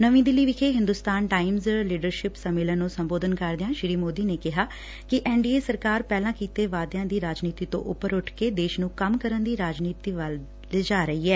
ਨਵੀ ਦਿੱਲੀ ਵਿਖੇ Hindustan Times leadership ਸੰਮੇਲਨ ਨੂੰ ਸੰਬੋਧਨ ਕਰਦਿਆ ਸ੍ਰੀ ਮੋਦੀ ਨੇ ਕਿਹਾ ਕਿ ਐਨ ਡੀ ਏ ਸਰਕਾਰ ਪਹਿਲਾਂ ਕੀਤੇ ਵਾਅਦਿਆਂ ਦੀ ਰਾਜਨੀਤੀ ਤੋਂ ਉਪਰ ਉਠ ਕੇ ਦੇਸ਼ ਨੂੰ ਕੰਮ ਕਰਨ ਦੀ ਰਾਜਨੀਤੀ ਵੱਲ ਲਿਜਾ ਰਹੀ ਐ